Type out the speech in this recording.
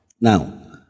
Now